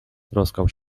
troskał